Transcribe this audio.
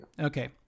Okay